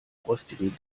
rostigen